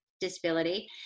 disability